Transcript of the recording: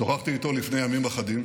שוחחתי איתו לפני ימים אחדים